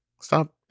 Stop